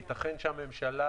ייתכן שהממשלה,